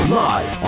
live